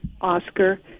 Oscar